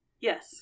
Yes